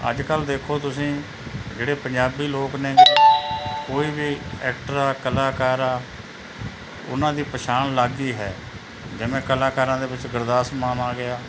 ਅੱਜ ਕੱਲ੍ਹ ਦੇਖੋ ਤੁਸੀਂ ਜਿਹੜੇ ਪੰਜਾਬੀ ਲੋਕ ਨੇ ਕੋਈ ਵੀ ਐਕਟਰ ਆ ਕਲਾਕਾਰ ਆ ਉਹਨਾਂ ਦੀ ਪਛਾਣ ਅਲੱਗ ਹੀ ਹੈ ਜਿਵੇਂ ਕਲਾਕਾਰਾਂ ਦੇ ਵਿੱਚ ਗੁਰਦਾਸ ਮਾਨ ਆ ਗਿਆ